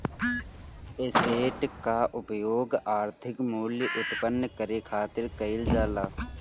asset कअ उपयोग आर्थिक मूल्य उत्पन्न करे खातिर कईल जाला